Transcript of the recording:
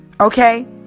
Okay